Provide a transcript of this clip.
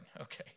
okay